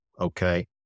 Okay